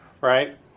right